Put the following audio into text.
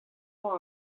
amañ